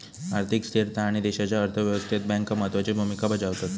आर्थिक स्थिरता आणि देशाच्या अर्थ व्यवस्थेत बँका महत्त्वाची भूमिका बजावतत